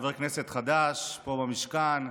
חבר כנסת חדש פה במשכן,